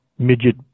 midget